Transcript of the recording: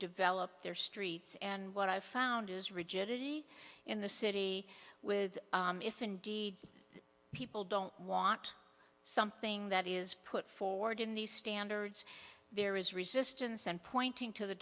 develop their streets and what i've found is rigidity in the city with if indeed people don't want something that is put forward in these standards there is resistance and pointing to the